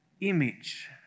image